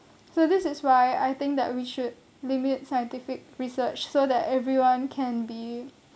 so this is why I think that we should limit scientific research so that everyone can be